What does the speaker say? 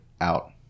out